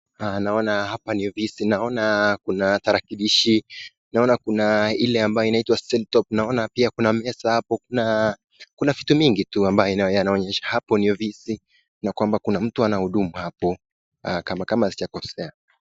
Naona hapa ni ofisi naona kuna tarakilishi naona ile ambayo inaitwa siltop , pia kuna meza hapo kuna vitu mingi tu kuonyesha hapo ni ofisi tu, na kwamba kuna mtu anahudumu hapo kama sijakosea.